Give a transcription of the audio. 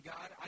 God